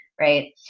right